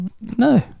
No